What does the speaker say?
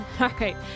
Okay